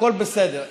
הכול בסדר.